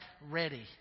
ready